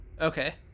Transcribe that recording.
okay